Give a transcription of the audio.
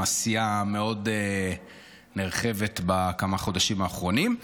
עם עשייה מאוד נרחבת בחודשים האחרונים,